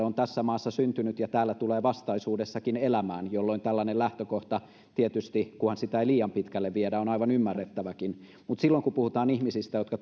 on tässä maassa syntynyt ja täällä tulee vastaisuudessakin elämään jolloin tällainen lähtökohta tietysti kunhan sitä ei liian pitkälle viedä on aivan ymmärrettäväkin mutta silloin kun puhutaan ihmisistä jotka